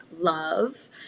love